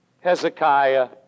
Hezekiah